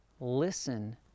Listen